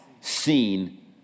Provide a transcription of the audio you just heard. seen